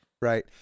Right